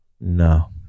no